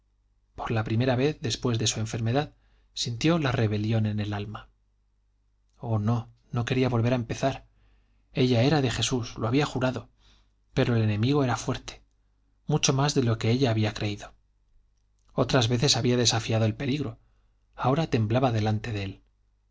por la primera vez después de su enfermedad sintió la rebelión en el alma oh no no quería volver a empezar ella era de jesús lo había jurado pero el enemigo era fuerte mucho más de lo que ella había creído otras veces había desafiado el peligro ahora temblaba delante de él